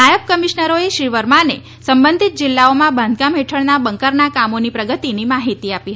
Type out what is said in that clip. નાયબ કમિશનરોએ શ્રી વર્માને સંબંધિત જિલ્લાઓમાં બાંધકામ હેઠળનાં બંકરના કામોની પ્રગતિની માહિતી આપી હતી